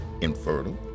infertile